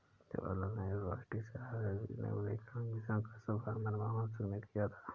जवाहर लाल नेहरू राष्ट्रीय शहरी नवीकरण मिशन का शुभारम्भ मनमोहन सिंह ने किया था